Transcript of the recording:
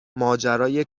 ماجرای